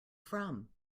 from